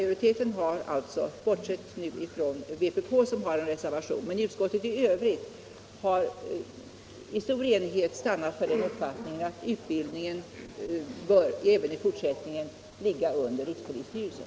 Utskottet har, bortsett från vpk, som har en reservation, i stor enighet stannat för uppfattningen att utbildningen även i fortsättningen bör ligga under rikspolisstyrelsen.